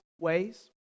ways